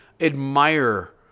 admire